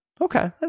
Okay